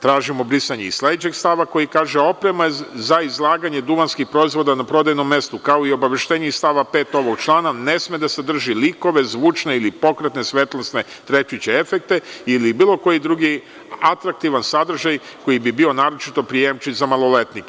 Tražimo brisanje i sledećeg stava koji kaže – oprema za izlaganje duvanskih proizvoda na prodajnom mestu, kao i obaveštenje iz stava 5. ovog člana, ne sme da sadrži likove, zvučne ili pokretne svetlosne, trepćuće efekte ili bilo koji drugi atraktivan sadržaj koji bi bio naročito prijemčiv za maloletnike.